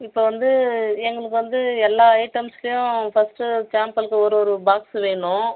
இப்போ வந்து எங்களுக்கு வந்து எல்லா ஐட்டம்ஸ்லையும் ஃபஸ்ட்டு சாம்பிள்க்கு ஒருவொரு பாக்ஸ் வேணும்